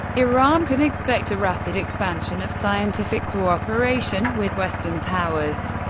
iran can expect a rapid expansion of scientific cooperation with western powers.